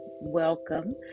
welcome